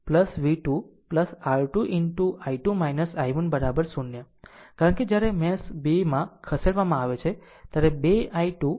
આમ અહીં I3 R3 R 2 I2 v 2 R 2 into I2 I1 0 છે કારણ કે જ્યારે મેશ 2 માં ખસેડવામાં આવે છે ત્યારે 2 I2 ઉપરની તરફ છે